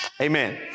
Amen